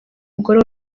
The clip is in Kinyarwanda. mugore